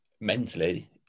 mentally